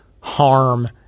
harm